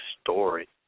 story